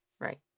right